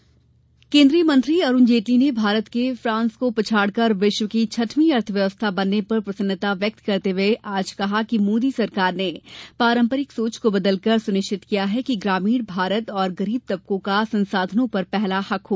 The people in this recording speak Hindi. जेटली अर्थव्यवस्था केन्द्रीय मंत्री अरूण जेटली ने भारत के फान्स को पछाड़कर विश्व की छठवीं अर्थव्यवस्था बनने पर प्रसन्नता व्यक्त करते हुए आज कहा कि मोदी सरकार ने पारम्परिक सोच को बदलकर सुनिश्चित किया कि गामीण भारत और गरीब तबकों का संसाधनों पर पहला हक हो